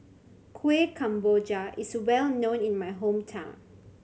Kueh Kemboja is well known in my hometown